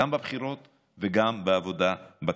גם בבחירות וגם בעבודה בכנסת.